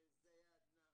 בזיאדנה,